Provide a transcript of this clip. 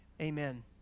Amen